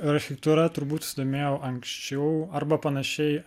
architektūra turbūt susidomėjau anksčiau arba panašiai